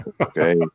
okay